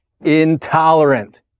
intolerant